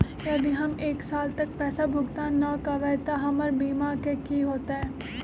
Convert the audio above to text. यदि हम एक साल तक पैसा भुगतान न कवै त हमर बीमा के की होतै?